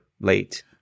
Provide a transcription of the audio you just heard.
late